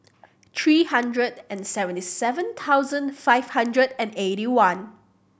three hundred and seventy seven thousand five hundred and eighty one